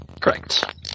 correct